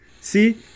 See